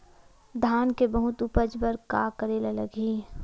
धान के बहुत उपज बर का करेला लगही?